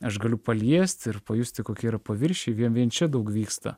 aš galiu paliesti ir pajusti kokie yra paviršiai vien vien čia daug vyksta